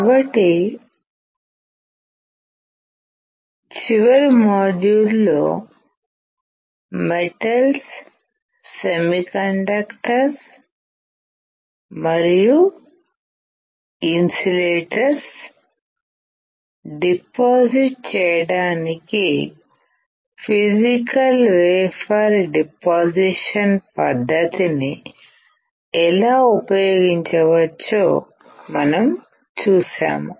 కాబట్టి చివరి మాడ్యూల్లో మెటల్స్ సెమీకండక్టర్స్ మరియు ఇన్సులేటర్స్ డిపాజిట్ చేయడానికి ఫిసికల్ వేపర్ డిపాసిషన్ పద్ధతిని ఎలా ఉపయోగించవచ్చో మనం చూశాము